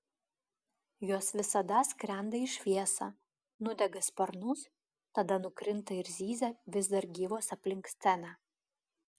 jos visada skrenda į šviesą nudega sparnus tada nukrinta ir zyzia vis dar gyvos aplink sceną